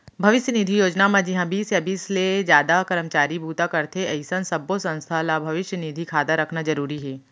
भविस्य निधि योजना म जिंहा बीस या बीस ले जादा करमचारी बूता करथे अइसन सब्बो संस्था ल भविस्य निधि खाता रखना जरूरी हे